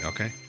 Okay